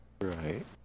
Right